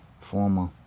Former